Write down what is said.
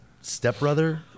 stepbrother